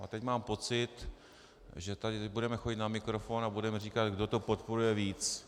A teď mám pocit, že tady budeme chodit na mikrofon a budeme říkat, kdo to podporuje víc.